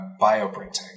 bioprinting